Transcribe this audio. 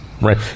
Right